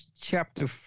chapter